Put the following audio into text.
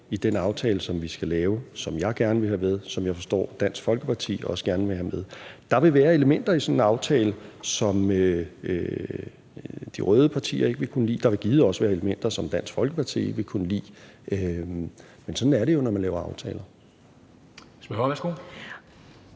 i den aftale, som vi skal lave, og som jeg gerne vil have med, og som jeg forstår Dansk Folkeparti også gerne vil have med. Der vil være elementer i sådan en aftale, som de røde partier ikke vil kunne lide. Der vil givet også være elementer, som Dansk Folkeparti ikke vil kunne lide. Men sådan er det jo, når man laver aftaler.